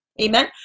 Amen